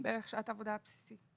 בערך שעת העבודה הבסיסי.